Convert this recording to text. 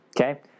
Okay